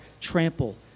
trample